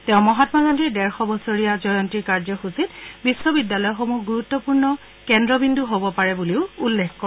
তেওঁ মহামা গান্ধীৰ ডেৰশ বছৰীয়া জয়ন্তীৰ কাৰ্যসূচীত বিধ্ববিদ্যালয়সমূহ গুৰুত্বপূৰ্ণ মুখ্য কেন্দ্ৰবিন্দু হ'ব পাৰে বুলি উল্লেখ কৰে